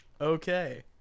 Okay